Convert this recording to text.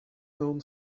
known